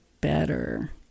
better